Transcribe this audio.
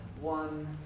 one